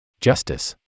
justice